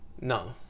No